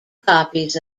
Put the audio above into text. copies